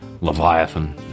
Leviathan